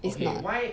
it's not